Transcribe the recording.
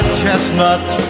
chestnuts